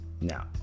Now